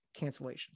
cancellations